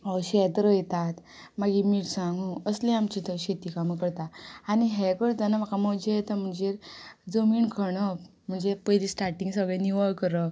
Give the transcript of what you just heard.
शेत रोयतात मागीर मिरसांगो असले आमचे थंय शेती कामां करता आनी हें करतना म्हाका मजा येता म्हणजेर जमीण खणप म्हणजे पयली स्टार्टींग सगळें निवळ करप